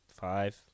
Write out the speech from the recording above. Five